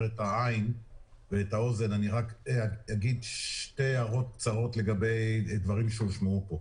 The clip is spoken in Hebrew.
את העין ואת האוזן אני אגיד שתי הערות קצרות על דברים שהושמעו פה: